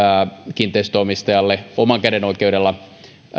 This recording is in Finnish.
kiinteistönomistajalle oikeutta oman käden oikeudella